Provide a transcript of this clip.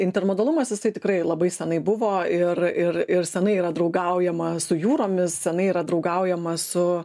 intermodalumas jisai tikrai labai senai buvo ir ir ir senai yra draugaujama su jūromis senai yra draugaujama su